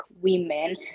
women